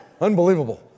Unbelievable